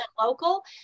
local